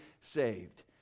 Saved